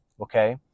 okay